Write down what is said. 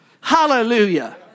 Hallelujah